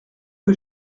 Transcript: que